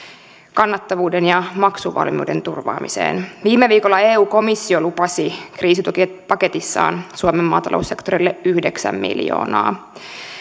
kannattavuuden ja maksuvalmiuden turvaamiseen viime viikolla eu komissio lupasi kriisitukipaketissaan suomen maataloussektorille yhdeksän miljoonaa